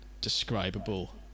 describable